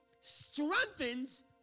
strengthens